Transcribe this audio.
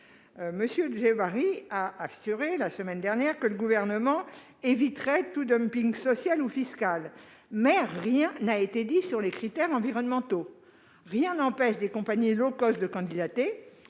M. Djebbari a assuré la semaine dernière que le Gouvernement éviterait tout dumping social ou fiscal, mais rien n'a été dit sur les critères environnementaux. Rien n'empêche des compagnies de candidater.